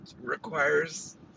requires